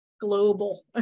global